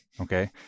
Okay